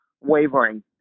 wavering